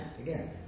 again